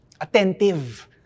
Attentive